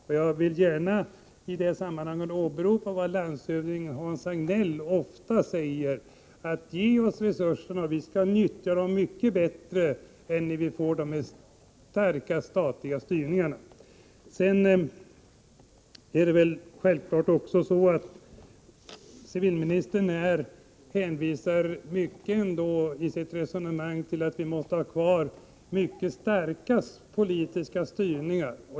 I det sammanhanget vill jag gärna åberopa vad landshövding Hans Hagnell ofta säger: Ge oss resurserna, och vi skall nyttja dem mycket bättre än när vi får dem med starka statliga styrningar. Civilministern hänvisar i sitt resonemang till att vi måste ha kvar mycket starka politiska styrningar.